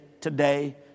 today